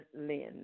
Lynn